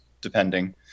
depending